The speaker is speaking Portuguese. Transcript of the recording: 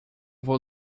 vou